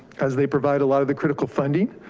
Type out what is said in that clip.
as they provide a lot of the critical funding.